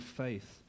faith